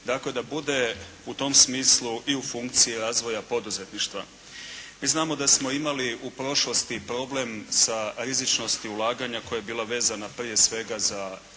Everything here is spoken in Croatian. tako da bude u tom smislu i u funkciji razvoja poduzetništva. Mi znamo da smo imali u prošlosti problem sa rizičnosti ulaganja koja je bila vezana, prije svega za Domovinski